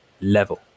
level